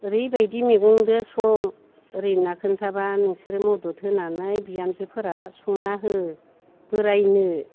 ओराबायदि मैगंदों सं ओरै होन्ना खोन्थाबा नोंसोर मदद होनानै बिहामजोफोरा संना हो बोरायनो